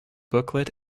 booklet